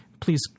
please